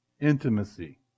intimacy